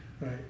right